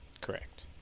Correct